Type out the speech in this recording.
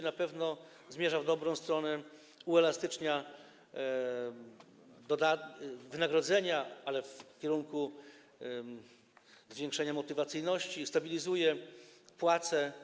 Na pewno zmierza on w dobrą stronę, uelastycznia wynagrodzenia, idzie w kierunku zwiększenia motywacyjności, stabilizuje płace.